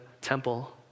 temple